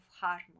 harmony